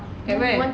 at where